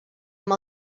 amb